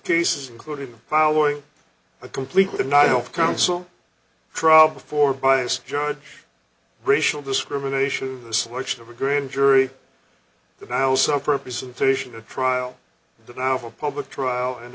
cases including following a complete would not help counsel trial before biased judge racial discrimination the selection of a grand jury the miles up representation a trial the novel public trial and